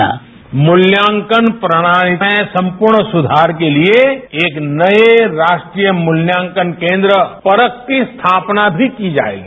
bite PM मूल्यांकन प्रणाली में संपूर्ण सुधार के लिए एक नये राष्ट्रीय मूल्यांकन केन्द्र परख की स्थापना भी की जाएगी